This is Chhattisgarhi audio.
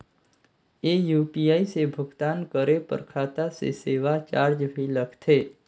ये यू.पी.आई से भुगतान करे पर खाता से सेवा चार्ज भी लगथे?